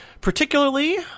particularly